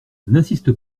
n’insiste